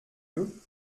eux